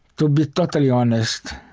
to be totally honest,